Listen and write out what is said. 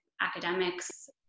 academics